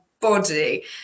body